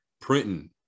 printing